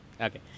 Okay